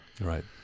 Right